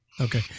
okay